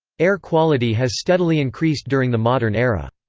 air quality has steadily increased during the modern era.